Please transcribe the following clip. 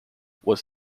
was